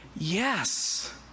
Yes